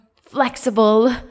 flexible